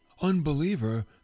unbeliever